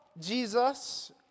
Jesus